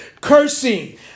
cursing